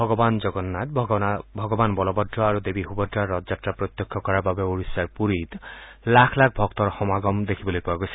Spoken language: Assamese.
ভগৱান জগন্নাথ ভগৱান বলভদ্ৰ আৰু দেৱী সুভদ্ৰাৰ ৰথযাত্ৰা প্ৰত্যক্ষ কৰাৰ বাবে ওড়িশাৰ পুৰীত লাখ লাখ ভক্তৰ সমাগম দেখিবলৈ পোৱা গৈছে